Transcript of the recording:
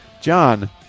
John